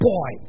Boy